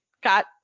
got